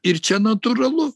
ir čia natūralu